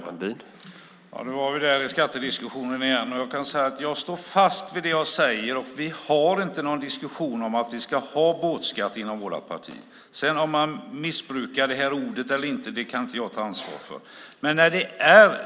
Herr talman! Nu var vi där i skattediskussionen igen. Jag kan säga att jag står fast vid det jag säger, att vi inte har någon diskussion inom vårt parti om att vi ska ha båtskatt. Om sedan ordet statligt båtregister har missbrukats eller inte kan inte jag ta ansvar för.